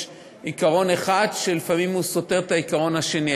יש עיקרון אחד שלפעמים הוא סותר את העיקרון השני.